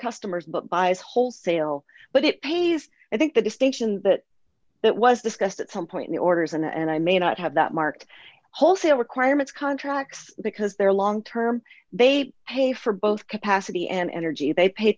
customers but buys wholesale but it pays i think the distinction but that was discussed at some point in orders and i may not have that marked wholesale requirements contracts because they're long term they pay for both capacity and energy they pay